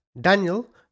Daniel